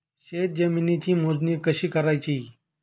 शेत जमिनीची मोजणी कशी करायची?